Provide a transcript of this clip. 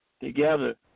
together